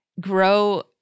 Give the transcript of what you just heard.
grow